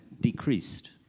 decreased